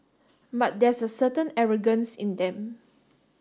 but there's a certain arrogance in them